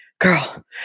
girl